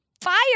fire